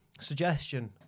suggestion